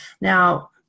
Now